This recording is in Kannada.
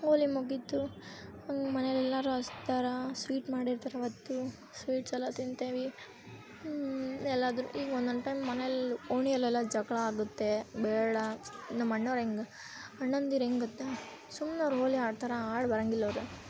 ಹೋಳಿ ಮುಗೀತು ಮನೆಲಿ ಎಲ್ಲರೂ ಹಸ್ತಾರಾ ಸ್ವೀಟ್ ಮಾಡಿರ್ತಾರೆ ಅವತ್ತು ಸ್ವೀಟ್ಸ್ ಎಲ್ಲ ತಿಂತೇವೆ ಎಲ್ಲಾದರೂ ಈಗ ಒಂದೊಂದು ಟೈಮ್ ಮನೇಲಿ ಓಣಿಯಲ್ಲೆಲ್ಲ ಜಗಳ ಆಗುತ್ತೆ ಬೇಡ ನಮ್ಮ ಅಣ್ಣವ್ರು ಹೆಂಗ್ ಅಣ್ಣಂದಿರು ಹೆಂಗ್ ಗೊತ್ತಾ ಸುಮ್ನೆ ಅವ್ರು ಹೋಳಿ ಆಡ್ತಾರಾ ಆಡಿ ಬರಂಗಿಲ್ಲ ಅವ್ರು